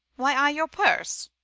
why i your purse?